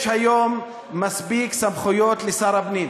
יש היום מספיק סמכויות לשר הפנים.